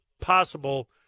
possible